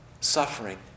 suffering